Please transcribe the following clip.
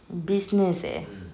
business eh